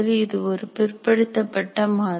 இது ஒரு பிற்படுத்தப்பட்ட மாதிரி